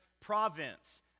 province